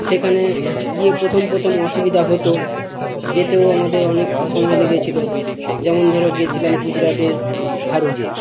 সেখানে গিয়ে প্রথম প্রথম অসুবিধা হতো যেতেও আমাদের অনেক সময় লেগেছিল যেমন ধরো গেছিলাম গুজরাটের ভারুচে